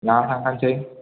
लाना थांखानोसै